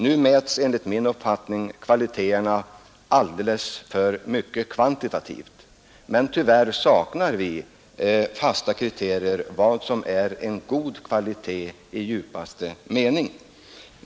Nu mäts enligt min uppfattning avkastningen alldeles för mycket i kvantitet. Tyvärr saknar vi fasta kriterier för vad som är en god kvalitet i djupaste mening.